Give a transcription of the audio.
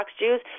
Jews